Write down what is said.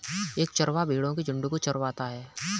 एक चरवाहा भेड़ो के झुंड को चरवाता है